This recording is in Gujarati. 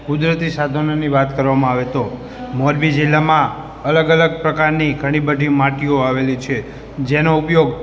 કુદરતી સાધનોની વાત કરવામાં આવે તો મોરબી જિલ્લામાં અલગ અલગ પ્રકારની ઘણી બધી માટીઓ આવેલી છે જેનો ઉપયોગ